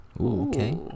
Okay